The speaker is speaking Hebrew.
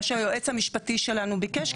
מה שהיועץ המשפטי שלנו ביקש,